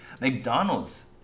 McDonald's